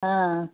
ஆ